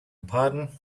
pardon